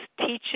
teaching